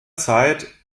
zeit